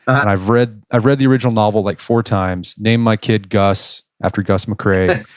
i've read i've read the original novel like four times, named my kid gus after gus mccrae.